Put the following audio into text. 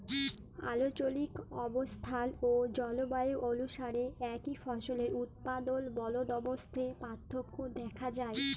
আলচলিক অবস্থাল অ জলবায়ু অলুসারে একই ফসলের উৎপাদল বলদবস্তে পার্থক্য দ্যাখা যায়